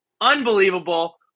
Unbelievable